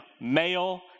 Male